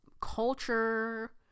culture